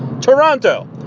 Toronto